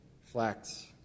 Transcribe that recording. flax